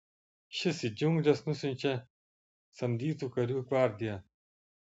šis į džiungles nusiunčia samdytų karių gvardiją